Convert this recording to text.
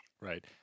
Right